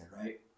right